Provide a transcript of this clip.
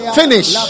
finish